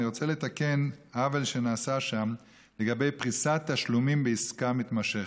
אני רוצה לתקן עוול שנעשה שם בעניין פריסת תשלומים בעסקה מתמשכת.